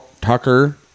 Tucker